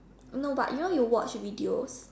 no but you or you know you watch videos